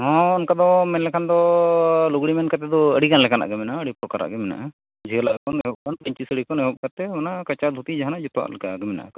ᱦᱚᱸ ᱚᱱᱠᱟ ᱫᱚ ᱢᱮᱱᱞᱮᱠᱷᱟᱱ ᱫᱚ ᱞᱩᱜᱽᱲᱤᱡ ᱢᱮᱱ ᱠᱟᱛᱮ ᱫᱚ ᱟᱹᱰᱤ ᱜᱟᱱ ᱞᱮᱠᱟᱱᱟᱜ ᱜᱮ ᱢᱮᱱᱟᱜᱼᱟ ᱟᱹᱰᱤ ᱯᱨᱚᱠᱟᱨᱟᱜ ᱜᱮ ᱢᱮᱱᱟᱜᱼᱟ ᱡᱷᱟᱹᱞᱟᱜ ᱠᱷᱚᱱ ᱮᱦᱚᱵ ᱠᱷᱚᱱ ᱯᱟᱹᱧᱪᱤ ᱥᱟᱹᱲᱤ ᱠᱷᱚᱱ ᱮᱦᱚᱵ ᱠᱟᱛᱮᱫ ᱚᱱᱟ ᱠᱟᱪᱷᱟ ᱫᱷᱩᱛᱤ ᱡᱟᱦᱟᱱᱟᱜ ᱡᱚᱛᱚᱣᱟᱜ ᱞᱮᱠᱟ ᱜᱮ ᱢᱮᱱᱟᱜ ᱟᱠᱟᱜᱼᱟ